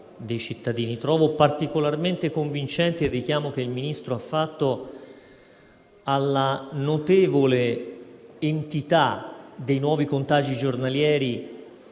Trovo particolarmente convincente il richiamo che il Ministro ha fatto alla notevole entità dei nuovi contagi giornalieri